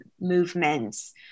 movements